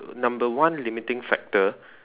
number one limiting factor